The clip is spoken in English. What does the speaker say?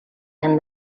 and